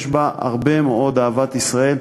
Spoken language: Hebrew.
יש בה הרבה מאוד אהבת ישראל.